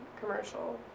commercial